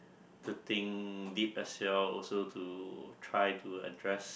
to think deep as well also to try to address